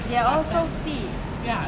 they all so fit